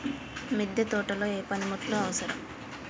మిద్దె తోటలో ఏ పనిముట్లు అవసరం?